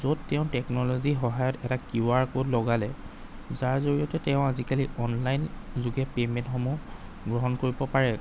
য'ত তেওঁ টেকনল'জিৰ সহায়ত এটা কিউ আৰ ক'ড লগালে যাৰ জৰিয়তে তেওঁ আজিকালি অনলাইন যোগে পেমেন্টসমূহ গ্ৰহণ কৰিব পাৰে